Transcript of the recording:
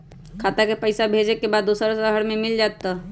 खाता के पईसा भेजेए के बा दुसर शहर में मिल जाए त?